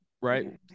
right